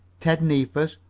ted neefus,